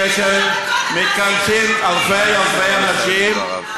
כאשר מתכנסים אלפי אלפי אנשים,